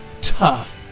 Tough